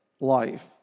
life